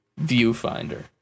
Viewfinder